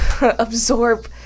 absorb